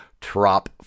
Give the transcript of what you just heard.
Trop